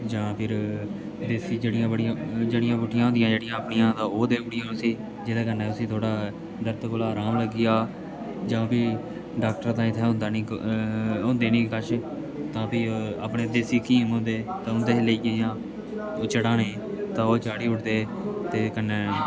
जां फिर देसी जड़ियां बड़ियां जड़ियां बूटियां होन्दियां जेह्ड़ियां अपनियां तां ओह् देओ उसी जेह्दे कन्नै उसी थोह्ड़ा दर्द कोला आराम लग्गी आ जां फ्ही डॉक्टर ते होंदा निं होंदे निं कश तां फ्ही अपने देसी क्हीम होंदे उं'दे शा लेइयै जां ओह् चढ़ाने ते ओह् चाढ़ी उड़दे ते कन्नै